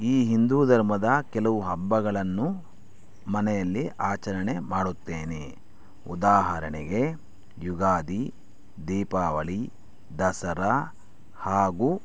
ಈ ಹಿಂದೂ ಧರ್ಮದ ಕೆಲವು ಹಬ್ಬಗಳನ್ನು ಮನೆಯಲ್ಲಿ ಆಚರಣೆ ಮಾಡುತ್ತೇನೆ ಉದಾಹರಣೆಗೆ ಯುಗಾದಿ ದೀಪಾವಳಿ ದಸರಾ ಹಾಗೂ